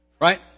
right